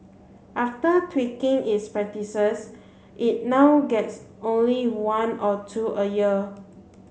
after tweaking its practices it now gets only one or two a year